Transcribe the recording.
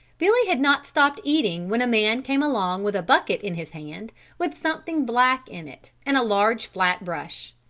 billy had not stopped eating when a man came along with a bucket in his hand with something black in it and a large flat brush.